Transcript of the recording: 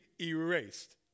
erased